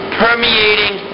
permeating